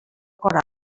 cor